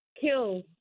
kill